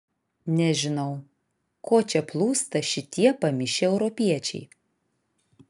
nežinau ko čia plūsta šitie pamišę europiečiai